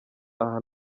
aha